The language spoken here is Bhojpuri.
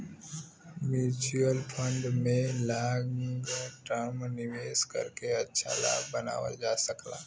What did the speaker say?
म्यूच्यूअल फण्ड में लॉन्ग टर्म निवेश करके अच्छा लाभ बनावल जा सकला